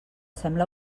sembla